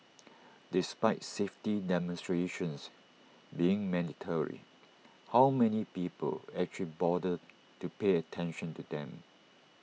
despite safety demonstrations being mandatory how many people actually bother to pay attention to them